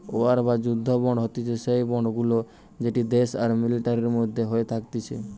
war বা যুদ্ধ bond হতিছে সেই বন্ড গুলা যেটি দেশ আর মিলিটারির মধ্যে হয়ে থাকতিছে